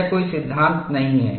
यह कोई सिद्धांत नहीं है